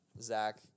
Zach